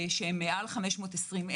שהם מעל 520,000,